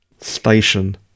station